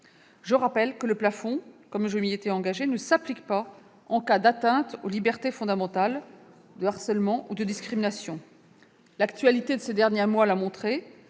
Je rappelle que, comme je m'y étais engagée, le plafond ne s'applique pas en cas d'atteinte aux libertés fondamentales, de harcèlement ou de discrimination. L'actualité de ces deniers mois l'a montré